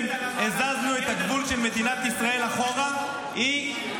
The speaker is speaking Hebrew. הזזנו את הגבול של מדינת ישראל אחורה -- רגע,